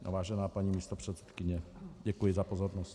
Vážená paní místopředsedkyně, děkuji za pozornost.